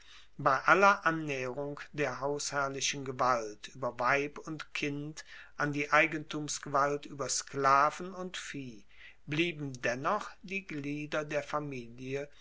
bei aller annaeherung der hausherrlichen gewalt ueber weib und kind an die eigentumsgewalt ueber sklaven und vieh blieben dennoch die glieder der familie